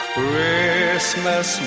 Christmas